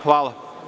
Hvala.